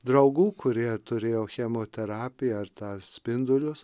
draugų kurie turėjo chemoterapiją ar tą spindulius